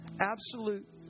absolute